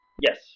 Yes